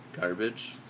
garbage